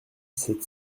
sept